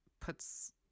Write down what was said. puts